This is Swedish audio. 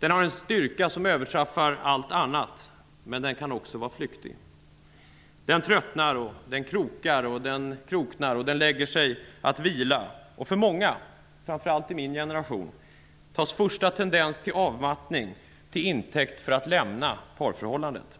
Den har en styrka som överträffar allt annat, men den kan också vara flyktig. Den tröttnar, den kroknar och den lägger sig att vila. För många, framför allt i min generation, tas första tendens till avmattning till intäkt för att lämna parförhållandet.